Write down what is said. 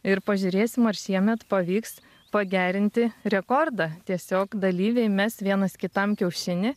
ir pažiūrėsim ar šiemet pavyks pagerinti rekordą tiesiog dalyviai mes vienas kitam kiaušinį